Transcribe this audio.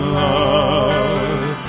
love